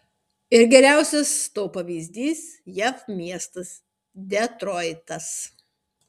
ir geriausias to pavyzdys jav miestas detroitas